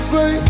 Say